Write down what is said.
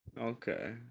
Okay